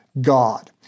God